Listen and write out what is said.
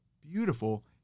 beautiful